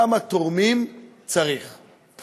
כמה תורמים צריך.